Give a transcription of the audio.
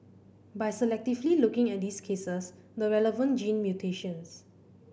by selectively looking at these cases the relevant gene mutations